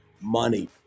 money